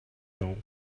know